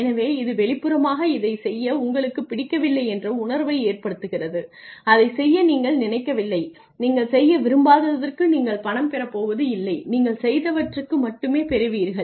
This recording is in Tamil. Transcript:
எனவே இது வெளிப்புறமாக இதைச் செய்ய உங்களுக்குப் பிடிக்கவில்லை என்ற உணர்வை ஏற்படுத்துகிறது அதைச் செய்ய நீங்கள் நினைக்கவில்லை நீங்கள் செய்ய விரும்பாததற்கு நீங்கள் பணம் பெறப் போவது இல்லை நீங்கள் செய்தவற்றுக்கு மட்டுமே பெறுவீர்கள்